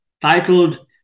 titled